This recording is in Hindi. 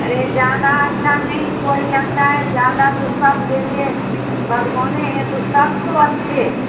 अरे ज्यादा अच्छा नहीं कोई लगता है ज्यादा तो सब देवे भगवाने हें तो सब तो अच्छे